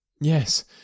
Yes